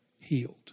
healed